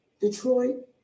Detroit